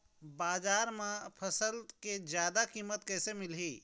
बजार म फसल के जादा कीमत कैसे मिलही?